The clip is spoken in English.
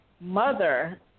mother